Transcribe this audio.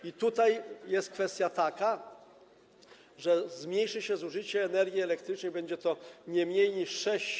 I tutaj jest kwestia taka, że zmniejszy się zużycie energii elektrycznej, będzie to nie mniej niż 6–7 GW.